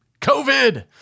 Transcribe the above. COVID